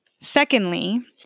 Secondly